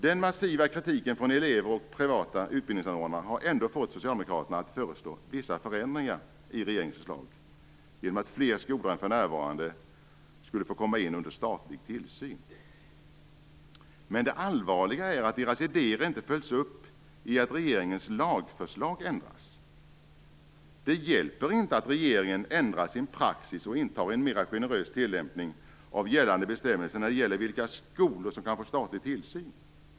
Den massiva kritiken från elever och privata utbildningsanordnare har ändå fått Socialdemokraterna att föreslå vissa förändringar i regeringens förslag, bl.a. att fler skolor än för närvarande skall få komma in under statlig tillsyn. Men det allvarliga är att dessa idéer inte följs upp genom att regeringens lagförslag ändras. Det hjälper inte att regeringen ändrar sin praxis och intar en mer generös tillämpning av gällande bestämmelser för vilka skolor som kan få statlig tillsyn.